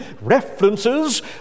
references